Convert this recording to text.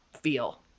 feel